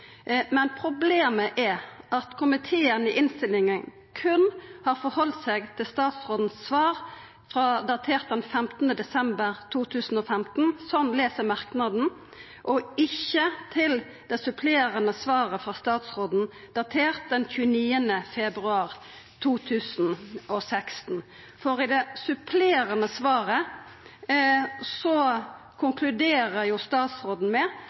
men problemet er at komiteen i innstillinga berre har halde seg til svaret frå statsråden datert den 15. desember 2015, slik eg les merknaden, og ikkje til det supplerande svaret frå statsråden datert den 29. februar 2016. I det supplerande svaret konkluderer statsråden med